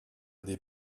des